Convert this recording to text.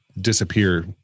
disappear